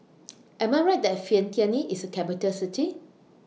Am I Right that Vientiane IS A Capital City